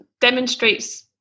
demonstrates